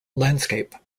landscape